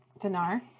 Dinar